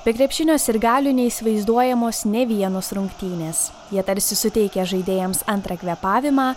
be krepšinio sirgalių neįsivaizduojamos nė vienos rungtynės jie tarsi suteikia žaidėjams antrą kvėpavimą